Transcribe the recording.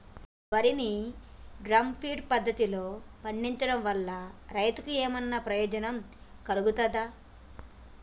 వరి ని drum feed పద్ధతిలో పండించడం వల్ల రైతులకు ఏమన్నా ప్రయోజనం కలుగుతదా?